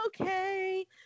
okay